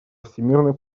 всемерной